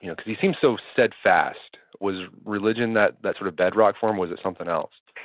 you know because he seemed so steadfast. was religion that that sort of bedrock for him? was it something else?